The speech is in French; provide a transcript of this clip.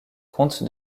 comte